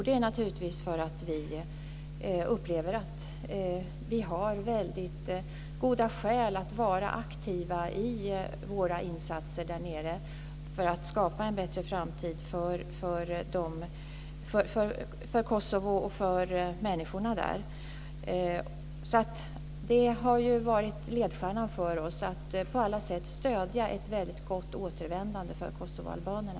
Det är naturligtvis därför att vi upplever att vi har väldigt goda skäl att vara aktiva i våra insatser där nere för att skapa en bättre framtid för Kosovo och för människorna där. Det har varit ledstjärnan för oss att på alla sätt stödja ett gott återvändande för kosovoalbanerna.